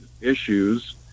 issues